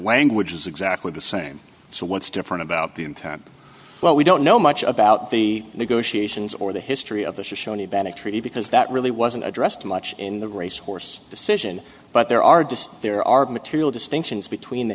language is exactly the same so what's different about the intent well we don't know much about the negotiations or the history of the show any bennett treaty because that really wasn't addressed much in the racehorse decision but there are there are material distinctions between the